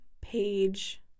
page